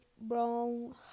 brown